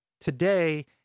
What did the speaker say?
today